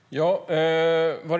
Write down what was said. Herr talman!